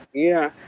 yeah,